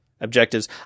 objectives